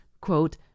quote